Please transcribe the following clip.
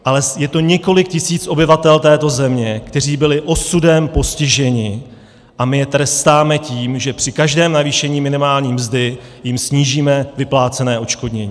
Ale je to několik tisíc obyvatel této země, kteří byli osudem postiženi, a my je trestáme tím, že při každém navýšení minimální mzdy jim snížíme vyplácené odškodnění.